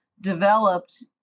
developed